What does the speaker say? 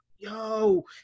Yo